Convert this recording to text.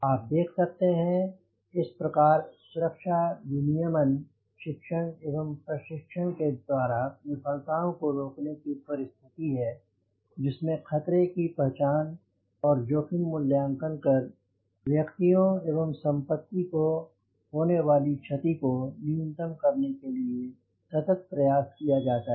आप देख सकते हैं इस प्रकार सुरक्षा विनियमन शिक्षण एवं प्रशिक्षण के द्वारा विफलताओं को रोकने की परिस्थिति है जिसमें खतरे की पहचान और जोखिम मूल्यांकन कर व्यक्तियों एवं संपत्ति को होने वाली क्षति को न्यूनतम करने के लिए के लिए सतत प्रयास किया जाता है